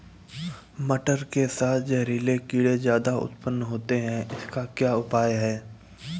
मटर के साथ जहरीले कीड़े ज्यादा उत्पन्न होते हैं इनका उपाय क्या है?